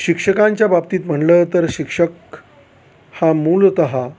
शिक्षकांच्या बाबतीत म्हणलं तर शिक्षक हा मूलतः